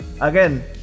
again